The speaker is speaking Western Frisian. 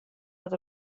dat